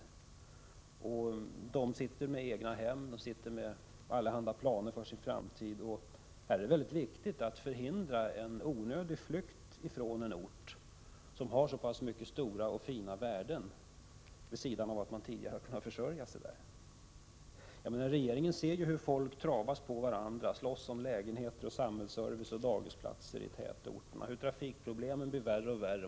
Det gäller människor som skaffat sig egna hem, människor som har allehanda planer för sin framtid. Det är väldigt viktigt att här förhindra en onödig flykt från en ort som har så många stora och fina värden vid sidan av det förhållandet att man tidigare kunnat försörja sig där. Regeringen ser ju hur människor bildligt talat travas på varandra, hur de slåss om lägenheter, samhällsservice och daghemsplatser i tätorterna, hur trafikproblemen blir värre och värre.